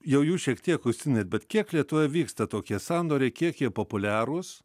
jau jų šiek tiek užsienyje bet kiek lietuvoje vyksta tokie sandoriai kiek jie populiarūs